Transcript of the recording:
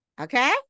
Okay